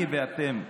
אתם ואני,